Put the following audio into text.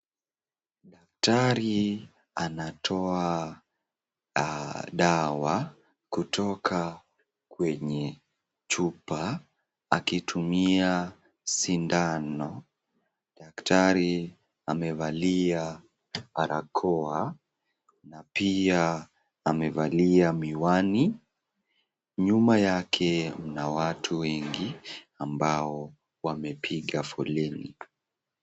Daktari anatoa dawa kutoka kwenye chupa akitumia sindano. Daktari amevalia barakoa na pia amevalia miwani. Nyuma yake kuna watu wengi ambao wamepiga foleni.